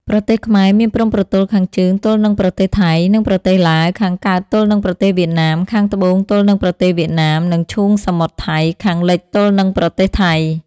ប្រទេសខ្មែរមានព្រំប្រទល់ខាងជើងទល់នឹងប្រទេសថៃ និងប្រទេសឡាវ ខាងកើតទល់នឹងប្រទេសវៀតណាម ខាងត្បូងទល់នឹងប្រទេសវៀតណាម និងឈូងសមុទ្រថៃ ខាងលិចទល់នឹងប្រទេសថៃ ។